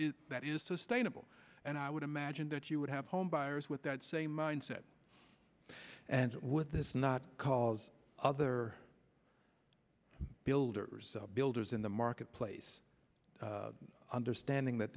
that is sustainable and i would imagine that you would have home buyers with that same mindset and would this not cause other builders builders in the marketplace understanding that